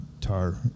Tar